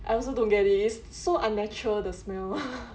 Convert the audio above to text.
I also don't get it is so unnatural the smell